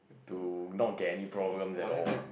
to not get any problem at all